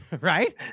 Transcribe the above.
right